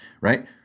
right